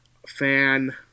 fan